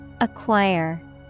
Acquire